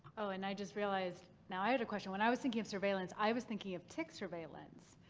ah and i just realized. now i have a question. when i was thinking of surveillance i was thinking of tick surveillance